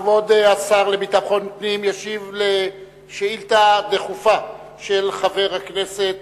כבוד השר לביטחון הפנים ישיב לשאילתא דחופה של חבר הכנסת